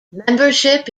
membership